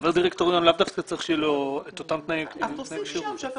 חבר דירקטוריון לאו דווקא צריך שיהיו לו את אותם תנאי כשירות.